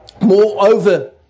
Moreover